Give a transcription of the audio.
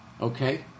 Okay